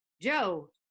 Joe